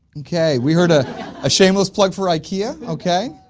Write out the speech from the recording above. okay we heard a ah shameless plug for ikea okay.